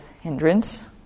hindrance